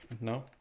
No